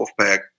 wolfpack